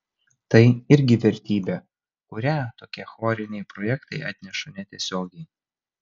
tai irgi vertybė kurią tokie choriniai projektai atneša netiesiogiai